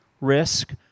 risk